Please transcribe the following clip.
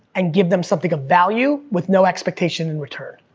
and give them something of value, with no expectation in return.